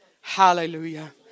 Hallelujah